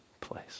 place